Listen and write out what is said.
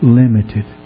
limited